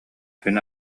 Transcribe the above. күн